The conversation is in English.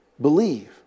Believe